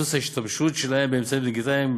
ודפוסי השימוש שלהם באמצעים הדיגיטליים,